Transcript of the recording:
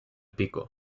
pico